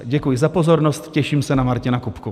Děkuji za pozornost a těším se na Martina Kupku.